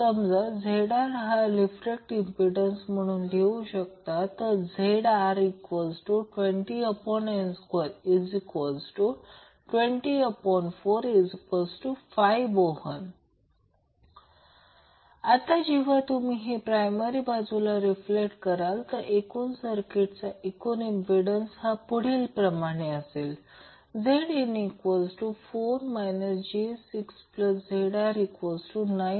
समजा ZR हा reflect impedance तुम्ही लिहू शकता ZR20n22045 आता जेव्हा तुम्ही हे प्रायमरी बाजूला रिफ्लेक्ट कराल तर सर्किटचा एकूण इंम्प्पिडन्स असा असेल Zin4 j6ZR9 j610